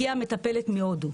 הגיעה מטפלת מהודו.